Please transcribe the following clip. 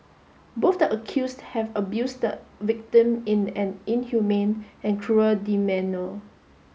both the accused have abused the victim in an inhumane and cruel demeanour